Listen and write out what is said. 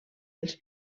els